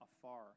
afar